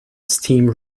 steam